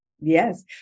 yes